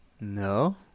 No